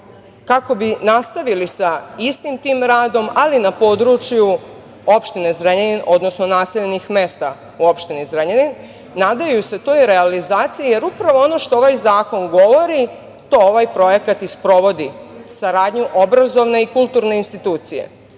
kako bi nastavili sa istim tim radom, ali na području opštine Zrenjanin, odnosno naseljenih mesta u opštini Zrenjanin. Nadaju se toj realizaciji, jer upravo ono što ovaj zakon govori to ovaj projekat i sprovodi, saradnju obrazovne i kulturne institucije,